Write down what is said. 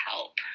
Help